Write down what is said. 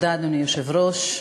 אדוני היושב-ראש,